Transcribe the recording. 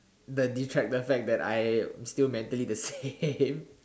the the fact the fact that I'm still mentally the same